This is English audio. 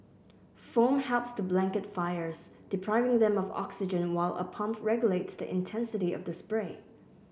foam helps to blanket fires depriving them of oxygen while a pump regulates the intensity of the spray